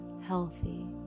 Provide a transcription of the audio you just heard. healthy